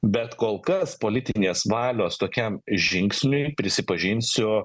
bet kol kas politinės valios tokiam žingsniui prisipažinsiu